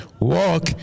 Walk